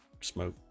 smoke